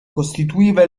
costituiva